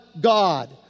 God